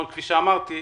כפי שאמרתי,